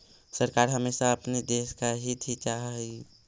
सरकार हमेशा अपने देश का हित ही चाहा हई